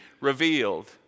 revealed